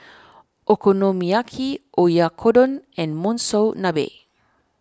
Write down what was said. Okonomiyaki Oyakodon and Monsunabe